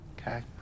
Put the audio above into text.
Okay